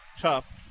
tough